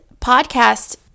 podcast